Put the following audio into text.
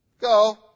go